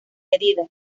medida